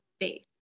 faith